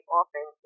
often